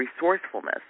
resourcefulness